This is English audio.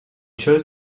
chose